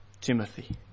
Timothy